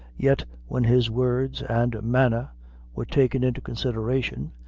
yet when his words and manner were taken into consideration,